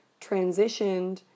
transitioned